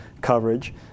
coverage